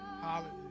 hallelujah